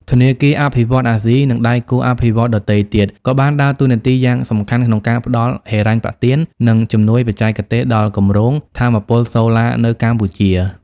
ធនាគារអភិវឌ្ឍន៍អាស៊ី និងដៃគូអភិវឌ្ឍន៍ដទៃទៀតក៏បានដើរតួនាទីយ៉ាងសំខាន់ក្នុងការផ្តល់ហិរញ្ញប្បទាន និងជំនួយបច្ចេកទេសដល់គម្រោងថាមពលសូឡានៅកម្ពុជា។